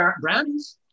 brownies